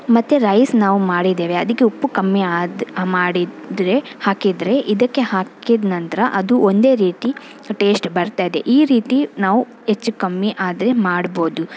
ಮತ್ತು ರೈಸ್ ನಾವು ಮಾಡಿದ್ದೇವೆ ಅದಕ್ಕೆ ಉಪ್ಪು ಕಮ್ಮಿ ಆದ್ ಮಾಡಿದರೆ ಹಾಕಿದರೆ ಇದಕ್ಕೆ ಹಾಕಿದ ನಂತರ ಅದು ಒಂದೇ ರೀತಿ ಟೇಸ್ಟ್ ಬರ್ತದೆ ಈ ರೀತಿ ನಾವು ಹೆಚ್ಚು ಕಮ್ಮಿ ಆದರೆ ಮಾಡಬಹುದು